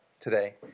today